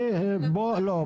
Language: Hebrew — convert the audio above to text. לא,